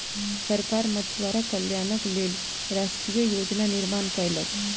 सरकार मछुआरा कल्याणक लेल राष्ट्रीय योजना निर्माण कयलक